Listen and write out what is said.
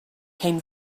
came